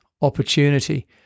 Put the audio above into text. opportunity